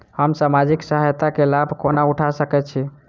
हम सामाजिक सहायता केँ लाभ कोना उठा सकै छी?